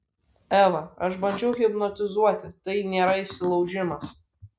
eva aš bandžiau hipnotizuoti tai nėra įsilaužimas